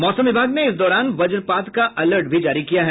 मौसम विभाग ने इस दौरान वज्रपात का अलर्ट भी जारी किया है